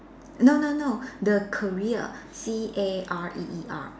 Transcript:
no no no the career C A R E E R